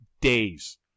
days